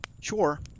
Sure